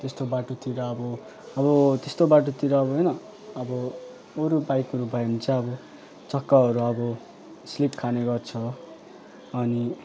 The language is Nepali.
त्यस्तो बाटोतिर अब अब त्यस्तो बाटोतिर अब होइन अब अरू बाइकहरू भयो भने चाहिँ अब चक्काहरू अब स्लिप खाने गर्छ अनि